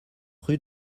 rue